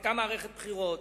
היתה מערכת בחירות,